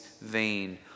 vain